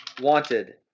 Wanted